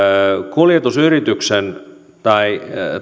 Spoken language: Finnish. kuljetusyrityksen tai